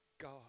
God